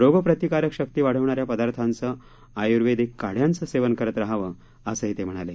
रोगप्रतिकारक शक्ती वाढवणाऱ्या पदार्थांचे आयर्वेदिक काढ्याचे सेवन करत रहावे असेही ते म्हणाले